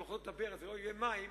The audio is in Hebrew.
תפתחו את הברז ולא יהיו מים,